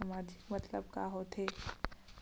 सामाजिक मतलब का होथे?